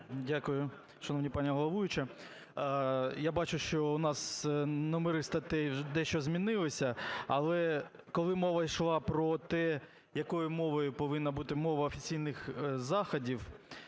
Дякую, шановна пані головуюча. Я бачу, що у нас номери статей дещо змінилися, але, коли мова йшла про те, якою мовою повинна бути мова офіційних заходів,